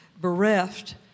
bereft